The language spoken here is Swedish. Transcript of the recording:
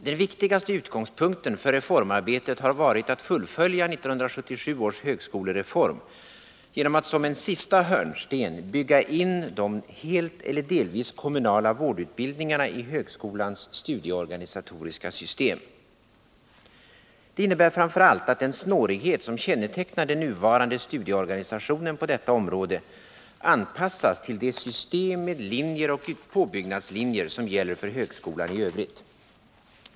Den viktigaste utgångspunkten för reformarbetet har varit att fullfölja 1977 års högskolereform genom att som en sista hörnsten bygga in de helt eller delvis kommunala vårdutbildningarna i högskolans studieorganisatoriska system. Det innebär framför allt att den snårighet som kännetecknar den nuvarande studieorganisationen på detta område anpassas till det system med linjer och påbyggnadslinjer som gäller för högskolan i övrigt.